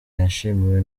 yashimiwe